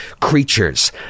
creatures